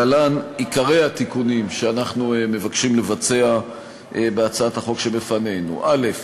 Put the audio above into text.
להלן עיקרי התיקונים שאנחנו מבקשים לבצע בהצעת החוק שבפנינו: א.